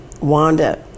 wanda